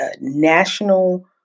national